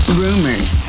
rumors